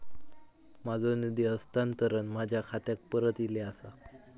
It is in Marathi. माझो निधी हस्तांतरण माझ्या खात्याक परत इले आसा